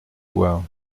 loire